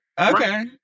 Okay